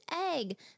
egg